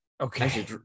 Okay